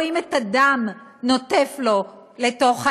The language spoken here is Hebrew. רואים את הדם נוטף לו לתוך העיניים.